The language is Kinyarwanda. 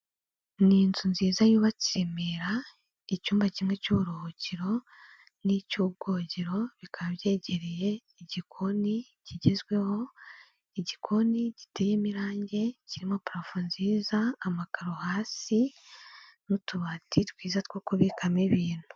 Ni inzu nziza yubatse i Remera icyumba kimwe cy'uburuhukiro n'icy'ubwogero bikaba byegereye igikoni kigezweho, igikoni giteye imirangi kirimo parafo nziza, amakaro hasi, n'utubati twiza two kubikamo ibintu.